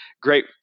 great